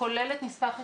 כוללת נספח עצים.